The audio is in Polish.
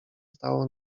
stało